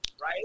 Right